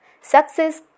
Success